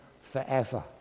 forever